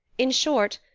in short,